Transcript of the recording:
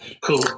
cool